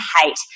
hate